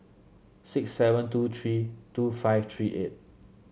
six seven two three two five three eight